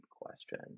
question